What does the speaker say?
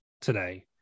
today